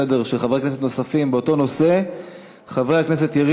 לסדר-היום של חברי כנסת נוספים באותו נושא,